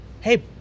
hey